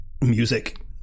music